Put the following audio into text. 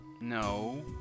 No